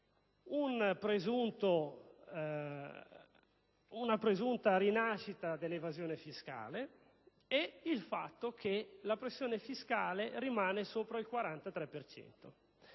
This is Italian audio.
una presunta rinascita dell'evasione fiscale ed il fatto che la pressione fiscale resta